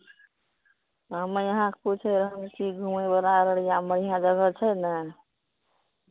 हम यहाँके पूछि रहल छी घुमयवला अररियामे बढ़िआँ जगह छै ने